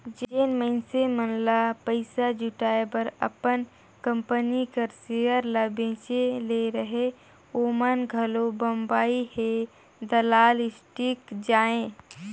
जेन मइनसे मन ल पइसा जुटाए बर अपन कंपनी कर सेयर ल बेंचे ले रहें ओमन घलो बंबई हे दलाल स्टीक जाएं